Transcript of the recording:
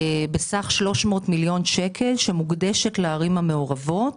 כלומר 300 מיליון שקל, שמוקדש לערים המעורבות.